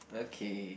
okay